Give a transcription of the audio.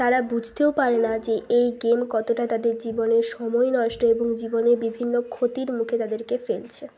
তারা বুঝতেও পারে না যে এই গেম কতোটা তদের জীবনের সময় নষ্ট এবং জীবনে বিভিন্ন ক্ষতির মুখে তাদেরকে ফেলছে